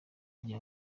rya